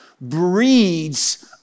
breeds